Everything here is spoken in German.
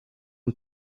von